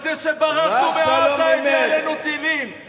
זה שברחנו מעזה הביא עלינו טילים,